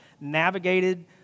navigated